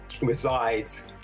resides